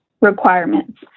requirements